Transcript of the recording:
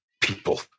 people